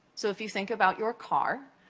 so, if you think about your car,